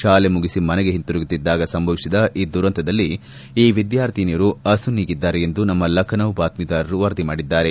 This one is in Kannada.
ಶಾಲೆ ಮುಗಿಸಿ ಮನೆಗೆ ಹಿಂದಿರುಗುತ್ತಿದ್ದಾಗ ಸಂಭವಿಸಿದ ಈ ದುರಂತದಲ್ಲಿ ಈ ವಿದ್ವಾರ್ಥಿನಿಯರು ಅಸು ನೀಗಿದ್ದಾರೆ ಎಂದು ನಮ್ಮ ಲಖನೌ ಬಾತ್ತೀದಾರರು ವರದಿ ಮಾಡಿದ್ದಾರೆ